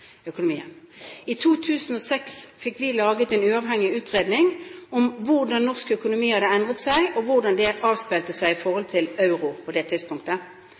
økonomien. I 2006 fikk vi laget en uavhengig utredning om hvordan norsk økonomi hadde endret seg, og hvordan det avspeilte seg i forhold til euro på det tidspunktet.